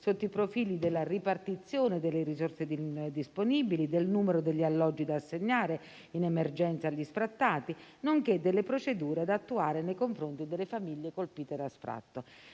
sotto i profili della ripartizione delle risorse disponibili, del numero degli alloggi da assegnare in emergenza agli sfrattati, nonché delle procedure da attuare nei confronti delle famiglie colpite da sfratto.